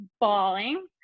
bawling